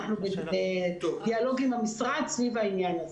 אנחנו בדיאלוג עם המשרד סביב העניין הזה.